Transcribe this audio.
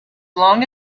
long